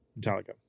Metallica